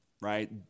right